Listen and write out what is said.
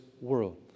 world